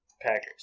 Packers